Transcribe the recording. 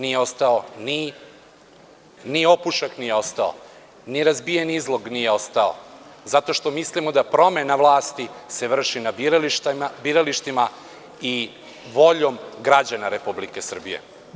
Nije ostao ni opušak, ni razbijen izlog, zato što mislimo da se promena vlasti vrši na biralištima i voljom građana Republike Srbije.